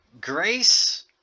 grace